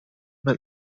una